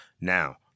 Now